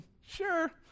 Sure